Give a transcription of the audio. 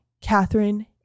Catherine